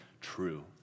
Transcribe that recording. true